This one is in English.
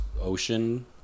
ocean